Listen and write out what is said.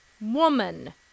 woman